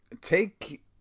take